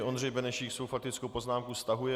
Ondřej Benešík svou faktickou poznámku stahuje.